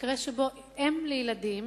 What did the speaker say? מקרה שבו אם לילדים